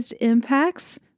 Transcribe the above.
impacts